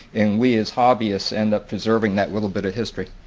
and we as hobbyists end up preserving that little bit of history.